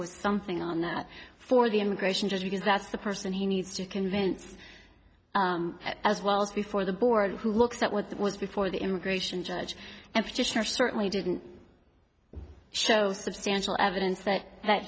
with something on that for the immigration judge because that's the person he needs to convince as well before the board who looks at what was before the immigration judge and certainly didn't show substantial evidence that that